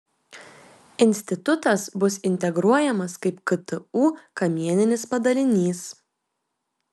institutas bus integruojamas kaip ktu kamieninis padalinys